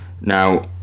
Now